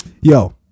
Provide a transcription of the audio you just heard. yo